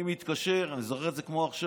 אני מתקשר, אני זוכר את זה כמו עכשיו,